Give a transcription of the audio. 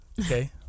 okay